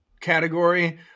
category